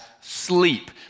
sleep